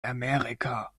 amerika